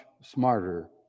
smarter